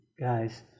guys